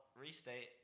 restate